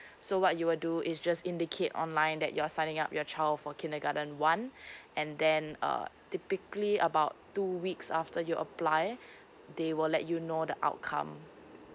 so what you will do is just indicate online that you're signing up your child for kindergarten one and then uh typically about two weeks after you apply they will let you know the outcome